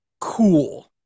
cool